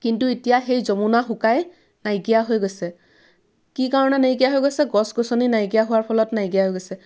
কিন্ত এতিয়া সেই যমুনা শুকাই নাইকিয়া হৈ গৈছে কি কাৰণে নাইকিয়া হৈ গৈছে গছ গছনি নাইকিয়া হোৱাৰ ফলত নাইকিয়া হৈ গৈছে